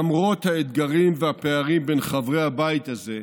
למרות האתגרים והפערים בין חברי הבית הזה,